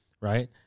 right